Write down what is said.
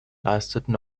leisteten